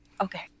Okay